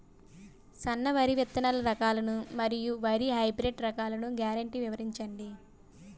సన్న వరి విత్తనాలు రకాలను మరియు వరి హైబ్రిడ్ రకాలను గ్యారంటీ వివరించండి?